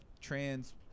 trans